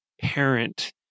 parent